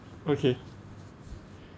okay